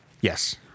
Yes